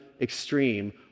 extreme